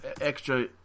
extra